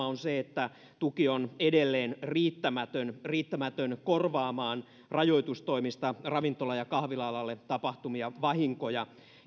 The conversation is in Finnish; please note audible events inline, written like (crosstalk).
(unintelligible) on se että tuki on edelleen riittämätön riittämätön korvaamaan rajoitustoimista ravintola ja kahvila alalle tapahtuvia vahinkoja